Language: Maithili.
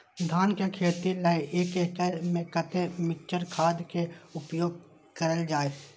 धान के खेती लय एक एकड़ में कते मिक्चर खाद के उपयोग करल जाय?